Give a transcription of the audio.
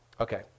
Okay